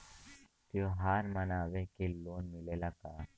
त्योहार मनावे के लोन मिलेला का?